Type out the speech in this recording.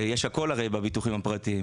יש הכול בביטוחים הפרטיים